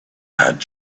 had